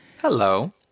Hello